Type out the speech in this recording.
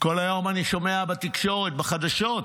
כל היום אני שומע בתקשורת, בחדשות: